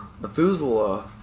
Methuselah